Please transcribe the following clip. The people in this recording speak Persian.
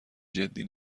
جدی